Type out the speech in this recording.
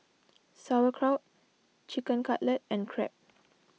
Sauerkraut Chicken Cutlet and Crepe